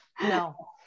no